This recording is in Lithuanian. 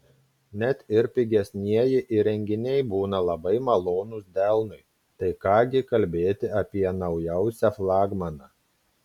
net ir pigesnieji įrenginiai būna labai malonūs delnui tai ką gi kalbėti apie naujausią flagmaną